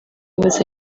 basaba